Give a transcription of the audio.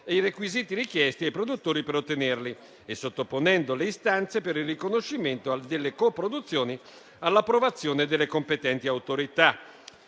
e i requisiti richiesti ai produttori per ottenerli e sottoponendo le istanze per il riconoscimento delle coproduzioni all'approvazione delle competenti autorità.